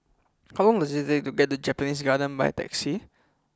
how long does it take to get to Japanese Garden by taxi